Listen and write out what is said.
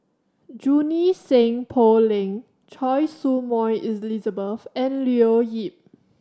Junie Sng Poh Leng Choy Su Moi Elizabeth and Leo Yip